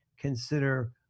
consider